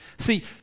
See